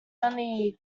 only